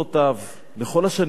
בכל השנים שבהן הוא נרדף,